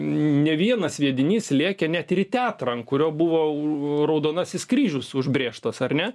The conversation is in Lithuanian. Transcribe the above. ne vienas sviedinys lėkė net ir į teatrą ant kurio buvo raudonasis kryžius užbrėžtas ar ne